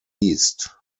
east